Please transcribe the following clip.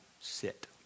sit